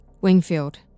Wingfield